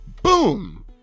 Boom